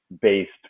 based